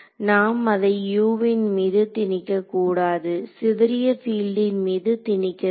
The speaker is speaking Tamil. நாம் அதை U வின் மீது திணிக்கக்கூடாது சிதறிய பீல்டின் மீது திணிக்க வேண்டும்